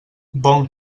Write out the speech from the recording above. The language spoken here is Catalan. bon